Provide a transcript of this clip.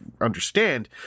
understand